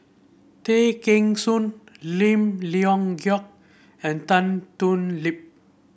Tay Kheng Soon Lim Leong Geok and Tan Thoon Lip